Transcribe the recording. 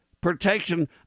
protection